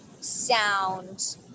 sound